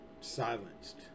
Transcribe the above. silenced